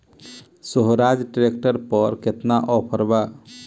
सोहराज tractor पर केतना offer बा?